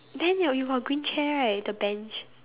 then your you got green chair right the bench